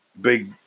big